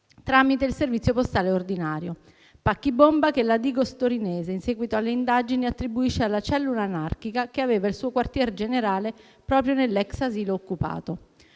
tramite il servizio postale ordinario. Pacchi bomba che la DIGOS torinese, in seguito alle indagini attribuisce alla cellula anarchica che aveva il suo quartier generale proprio nell'ex asilo occupato.